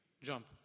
jump